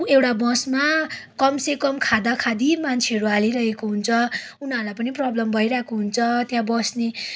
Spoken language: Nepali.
एउटा बसमा कम से कम खाँदाखाँदी मान्छेहरू हालिरहेको हुन्छ उनीहरूलाई पनि प्रब्लम भइरहेको हुन्छ त्यहाँ बस्ने